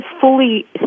fully